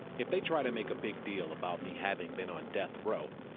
if they try to make a big deal about me having been on death row,